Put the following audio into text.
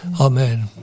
Amen